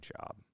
job